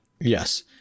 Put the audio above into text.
Yes